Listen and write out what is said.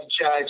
Judge